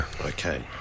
Okay